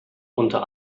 unter